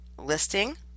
listing